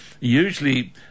usually